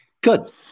good